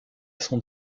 sont